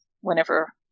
whenever